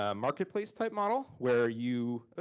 ah marketplace type model, where you.